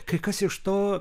kai kas iš to